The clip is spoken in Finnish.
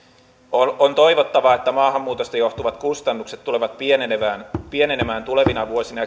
on on toivottavaa että maahanmuutosta johtuvat kustannukset tulevat pienenemään pienenemään tulevina vuosina